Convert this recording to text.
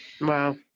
Wow